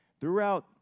Throughout